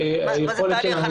תהליך.